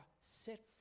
set